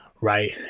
right